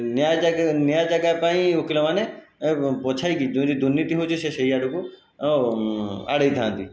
ନ୍ୟାୟ ଜାଗାରେ ନ୍ୟାୟ ଯାଗା ପାଇଁ ଓକିଲମାନେ ପଛାଇ ଦୁର୍ନୀତି ହେଉଛି ସେ ସେହି ଆଡ଼କୁ ଆଡ଼େଇଥାନ୍ତି